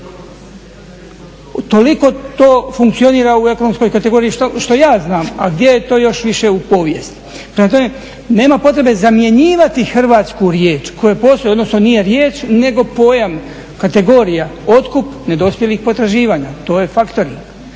Toliko to funkcionira u ekonomskoj kategoriji što ja znam a gdje je to još više u povijesti. Prema tome, nema potrebe zamjenjivati hrvatsku riječ koja postoji, odnosno nije riječ nego pojam, kategorija, otkup nedospjelih potraživanja to je faktoring.